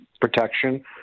protection